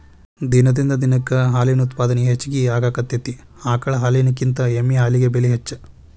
ದಿನದಿಂದ ದಿನಕ್ಕ ಹಾಲಿನ ಉತ್ಪಾದನೆ ಹೆಚಗಿ ಆಗಾಕತ್ತತಿ ಆಕಳ ಹಾಲಿನಕಿಂತ ಎಮ್ಮಿ ಹಾಲಿಗೆ ಬೆಲೆ ಹೆಚ್ಚ